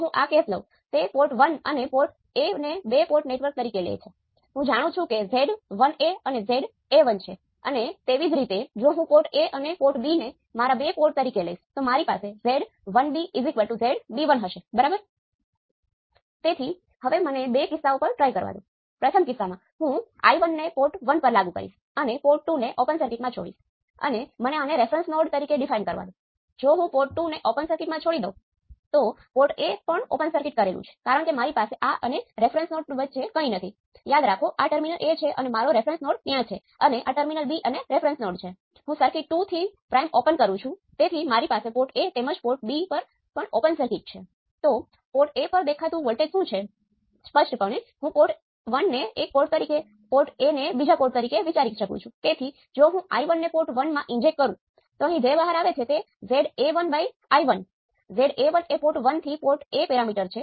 ત્યાં એક બીજી વસ્તુ છે કે જેનો હું નિર્દેશ કરવા માંગુ છું કેટલીક વખત એવું કહેવામાં આવે છે કે અરે જુઓ આઉટપુટ સાથે અમુક રીતે જોડાયેલા હોય છે